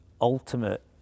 ultimate